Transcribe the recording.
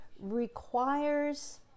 requires